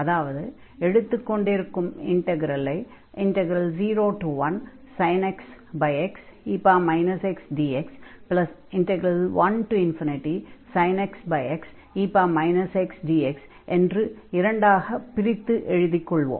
அதாவது எடுத்துக் கொண்டிருக்கும் இன்டக்ரலை 01sin x xe x dx1sin x xe x dx என்று இரண்டாகப் பிரித்து எழுதிக் கொள்வோம்